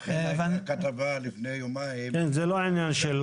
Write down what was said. לכן הייתה כתבה לפני יומיים -- אחמד,